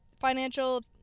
financial